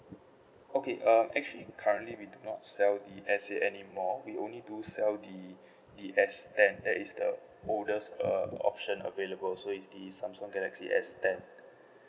okay um actually currently we do not sell the S eight anymore we only do sell the the S ten that is the oldest uh option available so is the Samsung galaxy S ten